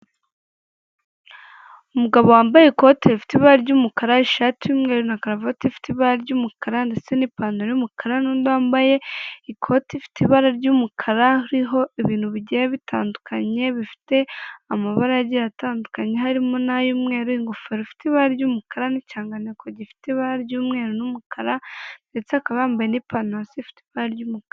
Umugabo wambaye ikote rifite ibara ry'umukara, ishati y'umweru na karuvati ifite ibara ry'umukara ndetse n'ipantaro y'umukara n'undi wambaye ikoti ifite ibara ry'umukara, ririho ibintu bigiye bitandukanye, bifite amabara agiye atandukanye harimo n'ay'umweru, ingofero ifite ibara ry'umukara n'ikirangantego gifite ibara ry'umweru n'umukara ndetse akaba yambaye n'ipantaro hasi ifite ibara ry'umukara.